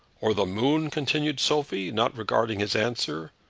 or the moon? continued sophie, not regarding his answer.